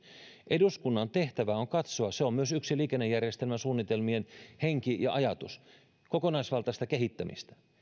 eduskunnan tehtävä on katsoa se on myös yksi liikennejärjestelmän suunnitelmien henki ja ajatus kokonaisvaltaista kehittämistä